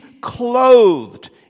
clothed